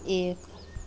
एक